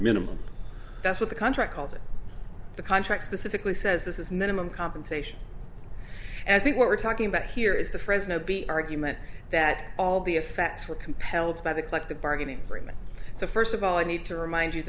minimum that's what the contract calls it the contract specifically says this is minimum compensation i think we're talking about here is the fresno bee argument that all the effects were compelled by the collective bargaining agreement so first of all i need to remind you